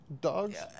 dogs